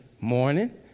morning